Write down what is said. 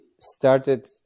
started